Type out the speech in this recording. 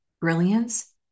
brilliance